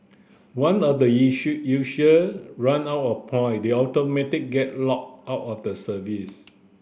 one the user run out of point they automatic get locked out of the service